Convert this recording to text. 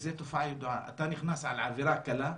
וזו תופעה ידועה, על עבירה קלה,